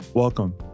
Welcome